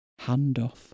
Handoff